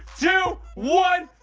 two, one!